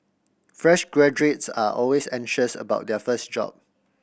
fresh graduates are always anxious about their first job